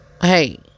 Hey